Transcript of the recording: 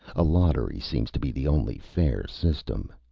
a lottery seems to be the only fair system.